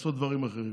לעשות דברים אחרים.